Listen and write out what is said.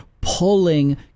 pulling